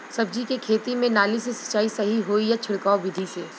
सब्जी के खेती में नाली से सिचाई सही होई या छिड़काव बिधि से?